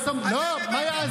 לא, מה יעזור?